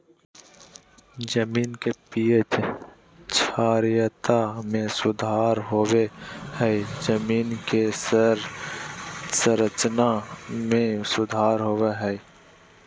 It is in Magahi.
जमीन के पी.एच क्षारीयता में सुधार होबो हइ जमीन के संरचना में सुधार होबो हइ